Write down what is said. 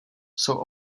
jsou